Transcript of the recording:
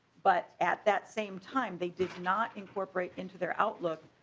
but at that same time they did not incorporate into their outlook.